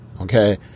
okay